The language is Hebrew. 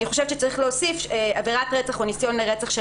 אני חושבת שצריך להוסיף "עבירת רצח או ניסיון לרצח של